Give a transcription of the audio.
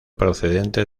procedente